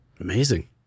Amazing